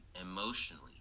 emotionally